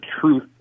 truth